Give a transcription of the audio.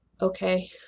okay